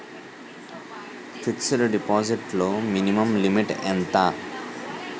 Fixed deposit లో minimum limit ఎంత?